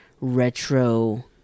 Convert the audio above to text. retro